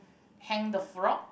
hang the frog